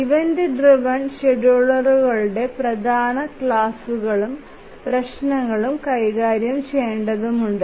event driven ഷെഡ്യൂളറുകളുടെ പ്രധാന ക്ലാസുകളും പ്രശ്നങ്ങളും കൈകാര്യം ചെയ്യേണ്ടതുണ്ട്